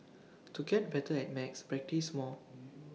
to get better at maths practise more